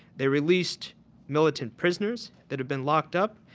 they released militant prisoners that had been locked up.